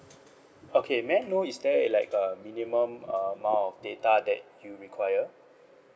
okay may I know is there is like a minimum uh amount of data that you require